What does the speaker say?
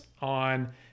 on